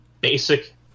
basic